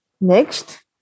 Next